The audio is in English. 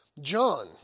John